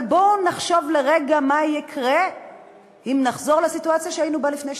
אבל בואו נחשוב רגע מה יקרה אם נחזור לסיטואציה שהיינו בה לפני שנתיים,